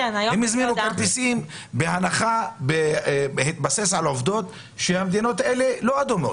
הם הזמינו כרטיסים בהתבסס על עובדות שהמדינות האלה לא אדומות.